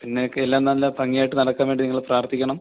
പിന്നെയൊക്കെ എല്ലാം നല്ല ഭംഗിയായിട്ട് നടക്കാൻ വേണ്ടി നിങ്ങൾ പ്രാർത്ഥിക്കണം